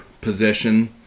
position